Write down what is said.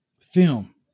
film